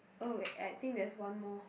oh I think there's one more